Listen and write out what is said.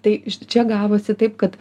tai čia gavosi taip kad